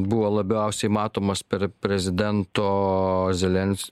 buvo labiausiai matomas per prezidento zelens